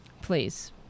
please